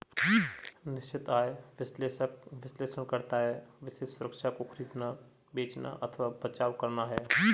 निश्चित आय विश्लेषक विश्लेषण करता है विशेष सुरक्षा को खरीदना, बेचना अथवा बचाव करना है